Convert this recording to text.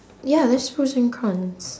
ya there's pros and cons